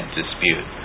dispute